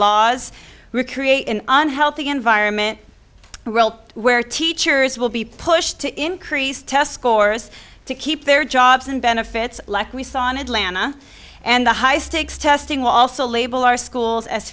laws recreate an unhealthy environment where teachers will be pushed to increase test scores to keep their jobs and benefits like we saw in atlanta and the high stakes testing will also label our schools as